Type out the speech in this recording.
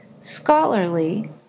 Scholarly